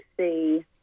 see